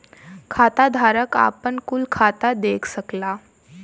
खाताधारक आपन कुल खाता देख सकला